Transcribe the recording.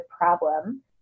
problem